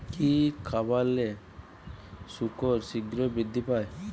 কি খাবালে শুকর শিঘ্রই বৃদ্ধি পায়?